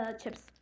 chips